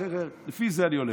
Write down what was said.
אמרתי: לפי זה אני הולך.